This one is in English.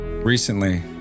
Recently